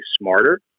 smarter